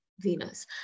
Venus